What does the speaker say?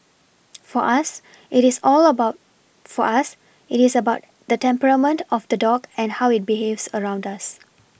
for us it is all about for us it is about the temperament of the dog and how it behaves around us